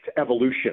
evolution